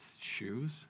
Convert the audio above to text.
shoes